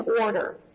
order